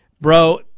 bro